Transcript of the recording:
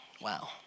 Wow